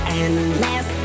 endless